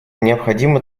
необходимо